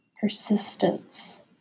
persistence